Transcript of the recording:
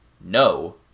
no